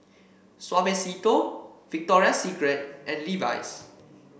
Suavecito Victoria Secret and Levi's